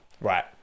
Right